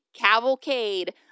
cavalcade